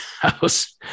house